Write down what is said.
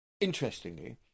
Interestingly